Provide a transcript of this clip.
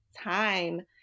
time